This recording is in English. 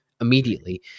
immediately